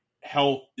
health